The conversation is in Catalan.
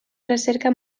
recerca